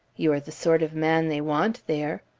you are the sort of man they want there.